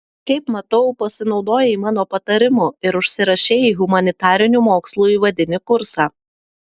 kaip matau pasinaudojai mano patarimu ir užsirašei į humanitarinių mokslų įvadinį kursą